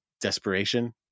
desperation